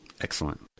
Excellent